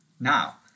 Now